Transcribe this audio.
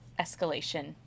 escalation